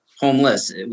homeless